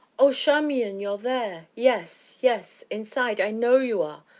oh, charmian, you're there yes, yes inside i know you are.